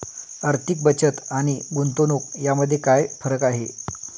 आर्थिक बचत आणि गुंतवणूक यामध्ये काय फरक आहे?